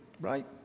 right